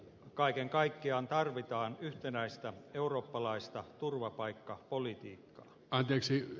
kaiken kaikkiaan tarvitaan yhtenäistä eurooppalaista turvapaikkapolitiikkaa aiheeksi